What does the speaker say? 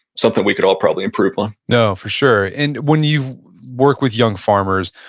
something we could all probably improve on no, for sure. and when you work with young farmers,